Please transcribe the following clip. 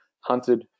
hunted